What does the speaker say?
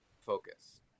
focus